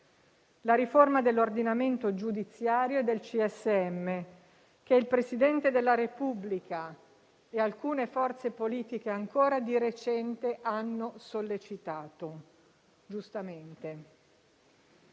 la riforma dell'ordinamento giudiziario e del CSM, che il Presidente della Repubblica e alcune forze politiche ancora di recente giustamente